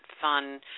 fun